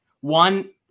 One